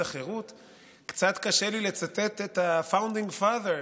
קצת קשה לי לצטט את ה-founding father,